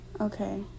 Okay